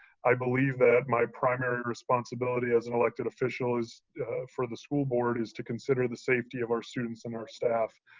i believe that my primary responsibility as an elected official for the school board is to consider the safety of our students and our staff.